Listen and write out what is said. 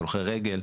הולכי רגל,